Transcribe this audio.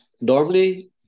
normally